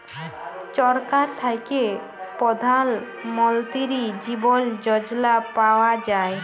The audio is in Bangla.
ছরকার থ্যাইকে পধাল মলতিরি জীবল যজলা পাউয়া যায়